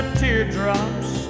teardrops